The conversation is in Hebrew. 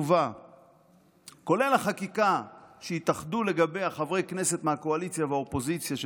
כולל החקיקה שהתאחדו עליה חברי כנסת מהקואליציה והאופוזיציה,